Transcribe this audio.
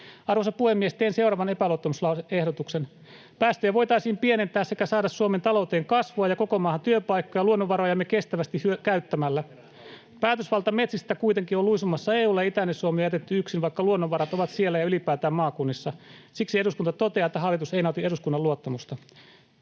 Arvoisa puhemies! Teen seuraavan epäluottamuslause-ehdotuksen: ”Päästöjä voitaisiin pienentää sekä saada Suomen talouteen kasvua ja koko maahan työpaikkoja luonnonvarojamme kestävästi käyttämällä. Päätösvalta metsistä kuitenkin on luisumassa EU:lle, ja itäinen Suomi on jätetty yksin, vaikka luonnonvarat ovat siellä ja ylipäätään maakunnissa. Siksi eduskunta toteaa, että hallitus ei nauti eduskunnan luottamusta.”